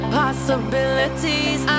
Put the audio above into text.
possibilities